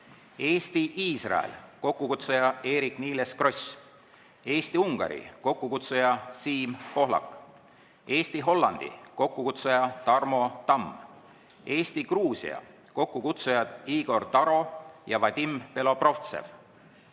Eesti-Iisrael, kokkukutsuja Eerik-Niiles Kross; Eesti-Ungari, kokkukutsuja Siim Pohlak; Eesti-Holland, kokkukutsuja Tarmo Tamm; Eesti-Gruusia, kokkukutsujad Igor Taro, Vadim Belobrovtsev;